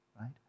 right